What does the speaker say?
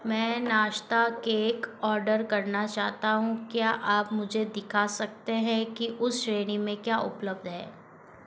मैं नाश्ता cake order करना चाहता हूँ क्या आप मुझे दिखा सकते हैं कि उस श्रेणी में क्या उपलब्ध है